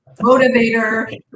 motivator